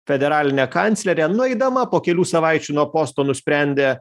federalinė kanclerė nueidama po kelių savaičių nuo posto nusprendė